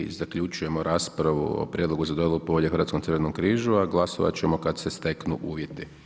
Time i zaključujemo raspravu o prijedlogu za dodjelu povelje Hrvatskom crvenom križu, a glasovat ćemo kad se steknu uvjeti.